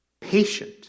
Patient